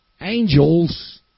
Angels